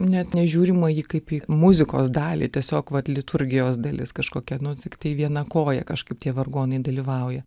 net nežiūrima į jį kaip į muzikos dalį tiesiog vat liturgijos dalis kažkokia nu tiktai viena koja kažkaip tie vargonai dalyvauja